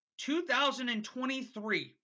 2023